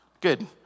Good